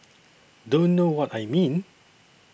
don't know what I mean